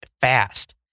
fast